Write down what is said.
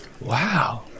Wow